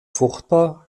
fruchtbar